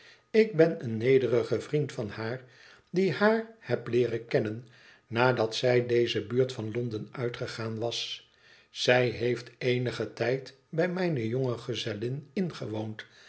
ik ben een nederige vriend van haar die haar heb leeren kennen nadat zij deze buurt van londen uitgegaan was zij heeft eenigen tijd bij mijne jonge gezellin ingewoond